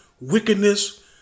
wickedness